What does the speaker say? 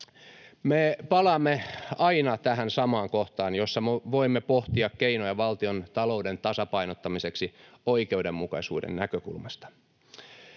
Me palaamme aina tähän samaan kohtaan, jossa voimme pohtia keinoja valtiontalouden tasapainottamiseksi oikeudenmukaisuuden näkökulmasta.